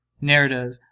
narrative